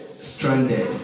stranded